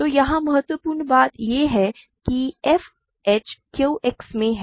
तो यहाँ महत्वपूर्ण बात यह है कि f h Q X में है